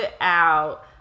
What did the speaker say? out